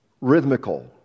Rhythmical